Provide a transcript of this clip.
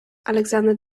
alexander